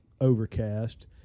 overcast